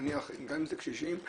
נניח גם אם זה קשישים,